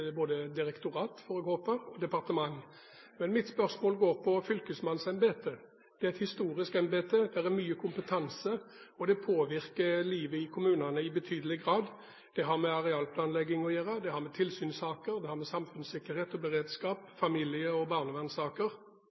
både direktorat, får jeg håpe, og departement. Men mitt spørsmål går på fylkesmannsembetet. Det er et historisk embete, det er mye kompetanse, og det påvirker livet i kommunene i betydelig grad. Det har med arealplanlegging å gjøre, det har med tilsynssaker, det har med samfunnssikkerhet og beredskap, familie- og